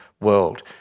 world